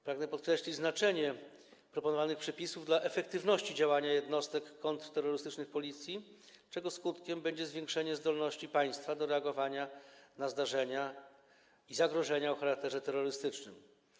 Pragnę podkreślić znaczenie proponowanych przepisów dla efektywności działania jednostek kontrterrorystycznych Policji, czego skutkiem będzie zwiększenie zdolności państwa do reagowania na zdarzenia i zagrożenia o charakterze terrorystycznym.